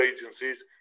agencies